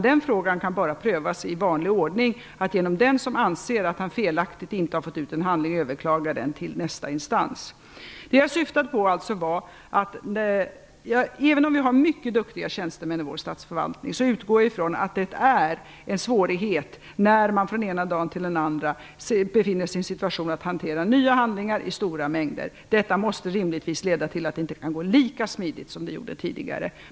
Den frågan kan bara prövas i vanlig ordning genom att den som anser att han felaktigt inte har fått ut en handling överklagar till nästa instans. Även om vi har mycket duktiga tjänstemän i vår statsförvaltning utgår jag ifrån att det är en svårighet när man från den ena dagen till den andra hamnar i en situation där man skall hantera nya handlingar i stora mängder. Det var vad jag syftade på. Detta måste rimligtvis leda till att det inte kan gå lika smidigt som det gjorde tidigare.